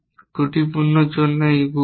ত্রুটিপূর্ণ জন্য এই গুণক